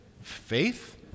faith